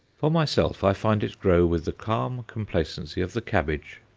for myself, i find it grow with the calm complacency of the cabbage.